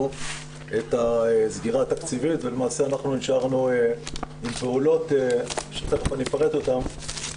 את הסגירה התקציבית ולמעשה נשארנו עם פעולות שתיכף אפרט אותן,